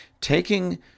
taking